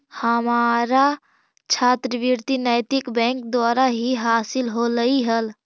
हमारा छात्रवृति नैतिक बैंक द्वारा ही हासिल होलई हल